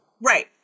Right